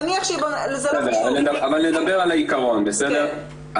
נניח שהיא --- אבל נדבר על העקרון, בסדר?